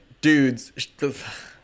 dudes